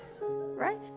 Right